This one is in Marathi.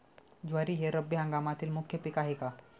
ज्वारी हे रब्बी हंगामातील मुख्य पीक आहे का?